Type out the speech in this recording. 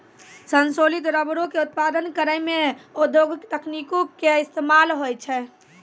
संश्लेषित रबरो के उत्पादन करै मे औद्योगिक तकनीको के इस्तेमाल होय छै